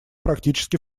практически